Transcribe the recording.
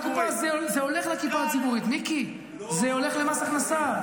זה הולך לקופה הציבורית, מיקי, זה הולך למס הכנסה.